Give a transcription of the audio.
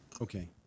Okay